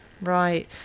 Right